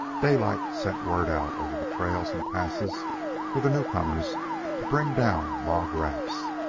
daylight sent word out over the trails and passes for the newcomers to bring down log-rafts,